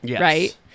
right